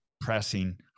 pressing